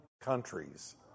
countries